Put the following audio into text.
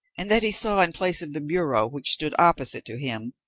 and that he saw in place of the bureau which stood opposite to him,